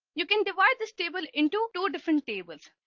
you can divide this table into two different tables,